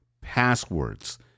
passwords